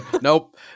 Nope